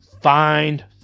find